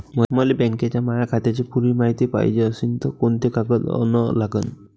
मले बँकेच्या माया खात्याची पुरी मायती पायजे अशील तर कुंते कागद अन लागन?